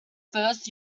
first